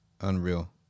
Unreal